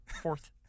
fourth